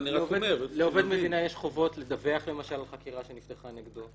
לעובד המדינה יש חובות לדווח על חקירה שנפתחה נגדו.